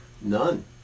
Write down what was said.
none